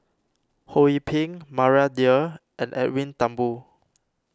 Ho Yee Ping Maria Dyer and Edwin Thumboo